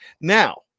Now